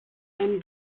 ein